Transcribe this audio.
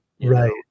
Right